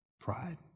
Pride